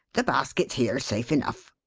the basket's here, safe enough.